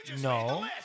No